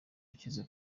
ukize